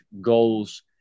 goals